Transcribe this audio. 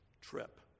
trip